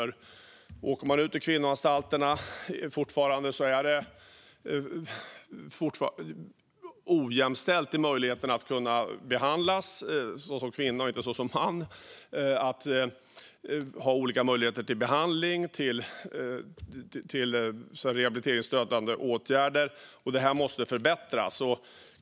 På kvinnoanstalterna är det fortfarande ojämställt när det gäller möjligheten att behandlas som kvinna och inte som man samt när det gäller olika möjligheter till behandling och rehabiliteringsstödjande åtgärder. Detta måste förbättras.